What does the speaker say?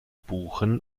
buchen